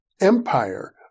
Empire